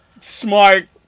smart